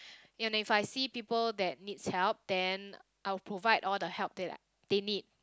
and if I see people that needs help then I will provide all the help that I they need